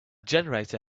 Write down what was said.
generator